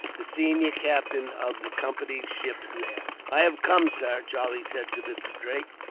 the senior captain of the company's ships there. i have come, sir, charlie said to mr. drake,